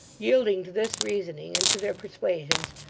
yielding to this reasoning, and to their persuasions,